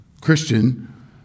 Christian